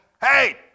hey